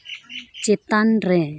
ᱪᱮᱛᱟᱱ ᱨᱮ